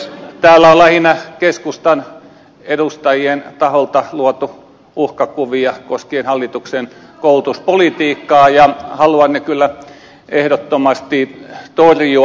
täällä on lähinnä keskustan edustajien taholta luotu uhkakuvia koskien hallituksen koulutuspolitiikkaa ja haluan ne kyllä ehdottomasti torjua